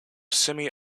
semi